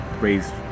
raised